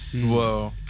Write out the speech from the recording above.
whoa